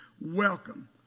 welcome